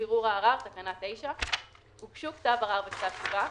"בירור ערר 9.הוגשו כתב ערר וכתב תשובה,